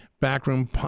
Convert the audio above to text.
backroom